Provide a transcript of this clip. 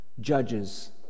judges